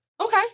Okay